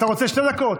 אתה רוצה שתי דקות?